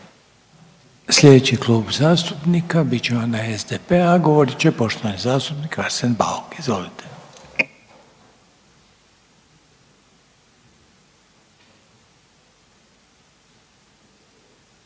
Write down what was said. Sljedeći klub zastupnika bit će onaj SDP-a, a govorit će poštovani zastupnik Arsen Bauk. Izvolite.